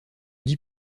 dis